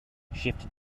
shifted